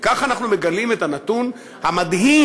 וכך אנחנו מגלים את הנתון המדהים,